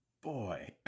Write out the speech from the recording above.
Boy